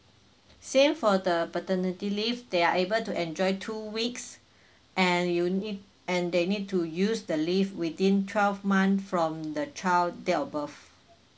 same for the paternity leave they're able to enjoy two weeks and you need and they need to use the leave within twelve month from the child date of birth